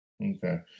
Okay